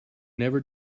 never